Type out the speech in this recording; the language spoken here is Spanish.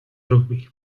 rugby